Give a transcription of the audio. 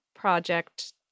Project